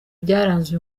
byaranze